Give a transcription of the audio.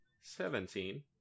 seventeen